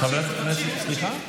חברת הכנסת מיכל מרים וולדיגר,